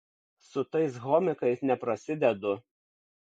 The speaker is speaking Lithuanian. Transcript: su tais homikais neprasidedu